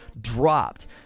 dropped